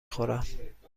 خورم